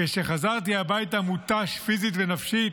כשחזרתי הביתה, מותש פיזית ונפשית,